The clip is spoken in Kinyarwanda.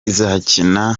izakina